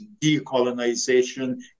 decolonization